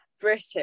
British